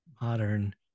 modern